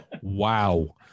Wow